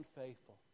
unfaithful